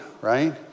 right